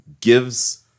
gives